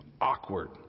awkward